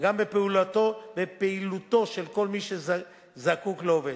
וגם בפעילותו של כל מי שזקוק לעובד.